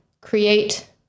create